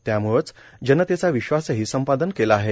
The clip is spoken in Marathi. त्याम्ळेच जनतेचा विश्वासही संपादन केला आहे